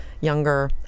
younger